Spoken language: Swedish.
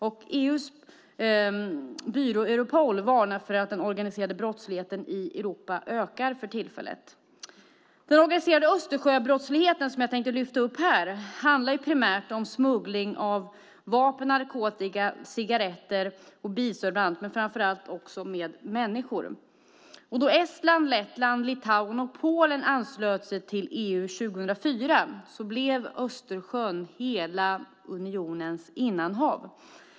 EU:s polisbyrå Europol varnar för att den organiserade brottsligheten i Europa ökar för tillfället. Den organiserade Östersjöbrottsligheten, som jag tänkte lyfta upp här, handlar primärt om smuggling av vapen, narkotika och cigaretter, bilstölder och framför allt människohandel. Då Estland, Lettland, Litauen och Polen anslöt sig till EU 2004 blev Östersjön hela unionens innanhav.